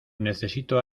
necesito